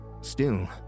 Still